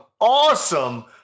awesome